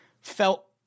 felt